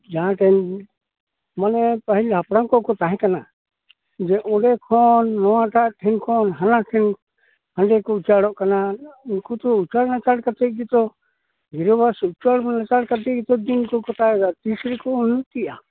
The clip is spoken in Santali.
ᱡᱟᱦᱟᱸᱛᱤᱱᱟᱹᱜ ᱢᱟᱱᱮ ᱯᱟᱹᱦᱤᱞ ᱦᱟᱯᱲᱟᱢ ᱠᱚᱠᱚ ᱛᱟᱦᱮᱸᱠᱟᱱᱟ ᱡᱮ ᱚᱸᱰᱮ ᱠᱷᱚᱱ ᱱᱚᱣᱟᱴᱟᱜ ᱴᱷᱮᱱ ᱠᱷᱚᱱ ᱦᱟᱱᱟ ᱴᱷᱮᱱ ᱦᱟᱸᱰᱮ ᱠᱚ ᱩᱪᱟᱹᱲᱚᱜ ᱠᱟᱱᱟ ᱩᱱᱠᱩ ᱛᱚ ᱩᱪᱟᱹᱲ ᱱᱟᱪᱟᱲ ᱠᱟᱛᱮ ᱜᱮᱛᱚ ᱜᱤᱨᱟᱹᱵᱟᱥ ᱩᱪᱟᱹᱲ ᱱᱟᱪᱟᱲ ᱠᱟᱛᱮ ᱜᱮᱛᱚ ᱫᱤᱱ ᱠᱚ ᱠᱟᱴᱟᱣᱮᱫᱟ ᱛᱤᱥ ᱨᱮᱠᱚ ᱩᱱᱱᱚᱛᱤᱜᱼᱟ